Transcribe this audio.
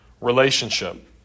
relationship